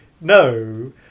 no